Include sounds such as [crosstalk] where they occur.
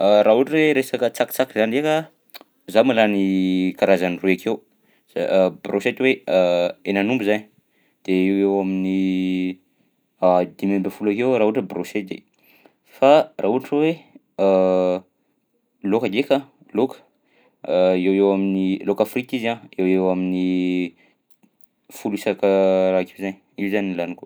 [hesitation] [noise] Raha ohatra hoe resaka tsakitsaky zany ndraika [noise] zaho mahalany karazany roy akeo, za [hesitation] brochette hoe [hesitation] henan'omby zany de eo ho eo amin'ny [hesitation] dimy folo akeo raha ohatra brochety fa raha ohatra hoe [hesitation] laoka ndraika laoka [hesitation] eo ho eo amin'ny, laoka frity izy a, eo ho eo amin'ny folo isaka raha akeo zainy, io zany laniko.